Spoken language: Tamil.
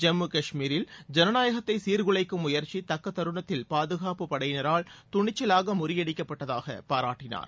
ஜம்மு காஷ்மீரில் ஜனநாயகத்தை சீர்குலைக்கும் முயற்சி தக்க தருணத்தில் பாதுகாப்பு படையினரால் துணிச்சலாக முறியடிக்கப்பட்டதாக பாராட்டினார்